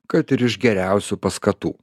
kad ir iš geriausių paskatų